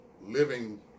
living